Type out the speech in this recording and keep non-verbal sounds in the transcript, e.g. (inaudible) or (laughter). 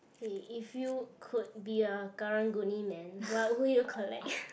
hey if you could be a Karang-Guni man what would you collect (breath)